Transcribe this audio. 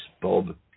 Bob